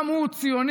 גם הוא ציוני,